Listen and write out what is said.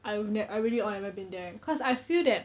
I won't I really all never been there cause I feel that